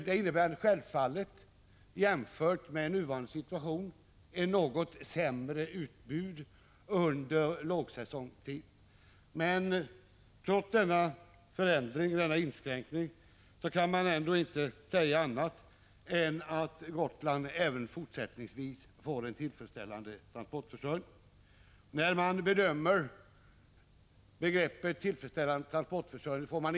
Det innebär självfallet, jämfört med nuvarande situation, ett något sämre utbud under lågsäsong. Men trots denna inskränkning kan man ändå inte säga annat än att Gotland även fortsättningsvis får en tillfredsställande transportförsörjning. 133 När man bedömer vad som är en tillfredsställande transportförsörjning får Prot.